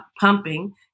pumping